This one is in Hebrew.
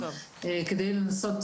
כדי לנסות,